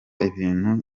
ibintu